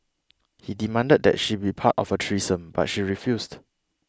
he demanded that she be part of a threesome but she refused